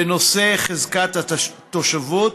בנושא חזקת תושבות,